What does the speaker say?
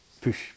push